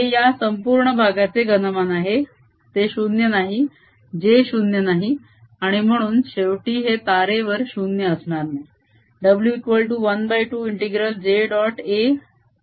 हे या संपूर्ण भागाचे घनमान आहे ते 0 नाही j 0 नाही आणि म्हणून शेवटी हे तारेवर 0 असणार नाही